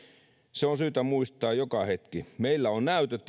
se on syytä muistaa joka hetki meillä on näytöt